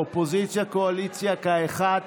אופוזיציה וקואליציה כאחד